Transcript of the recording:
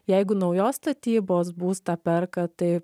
jeigu naujos statybos būstą perka tai